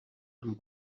amb